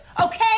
okay